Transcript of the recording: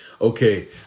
Okay